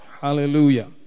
Hallelujah